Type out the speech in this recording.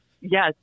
Yes